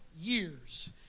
years